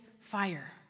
fire